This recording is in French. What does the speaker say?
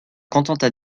contenta